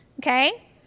Okay